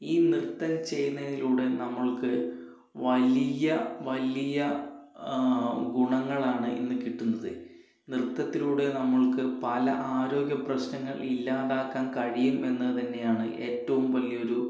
ഈ നൃത്തം ചെയ്യുന്നതിലൂടെ നമ്മൾക്ക് വലിയ വലിയ ഗുണങ്ങളാണ് ഇന്ന് കിട്ടുന്നത് നൃത്തത്തിലൂടെ നമ്മൾക്ക് പല ആരോഗ്യ പ്രശ്നങ്ങൾ ഇല്ലാതാക്കാൻ കഴിയുമെന്ന് തന്നെയാണ് ഏറ്റവും വലിയൊരു